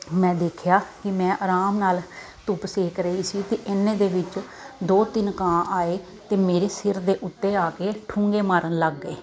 ਮੈਂ ਦੇਖਿਆ ਕਿ ਮੈਂ ਅਰਾਮ ਨਾਲ ਧੁੱਪ ਸੇਕ ਰਹੀ ਸੀ ਅਤੇ ਇੰਨੇ ਦੇ ਵਿੱਚ ਦੋ ਤਿੰਨ ਕਾਂ ਆਏ ਅਤੇ ਮੇਰੇ ਸਿਰ ਦੇ ਉੱਤੇ ਆ ਕੇ ਠੂੰਗੇ ਮਾਰਨ ਲੱਗ ਗਏ